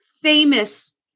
famous